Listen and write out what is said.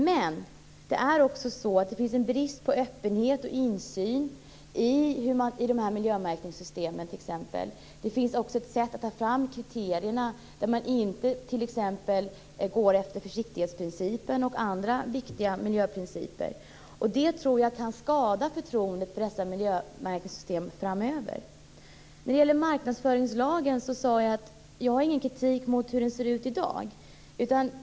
Men det finns en brist på öppenhet och insyn i dessa miljömärkningssystem. Det finns också ett sätt att ta fram kriterierna, där man inte t.ex. går efter försiktighetsprincipen och andra viktiga miljöprinciper. Det tror jag kan skada förtroendet för dessa miljömärkningssystem framöver. När det gäller marknadsföringslagen sade jag att jag inte har någon kritik mot hur den ser ut i dag.